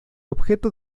objeto